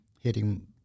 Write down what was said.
hitting